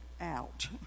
out